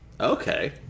Okay